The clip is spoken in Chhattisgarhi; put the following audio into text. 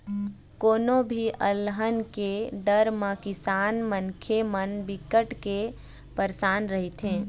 कोनो भी अलहन के डर म किसान मनखे मन बिकट के परसान रहिथे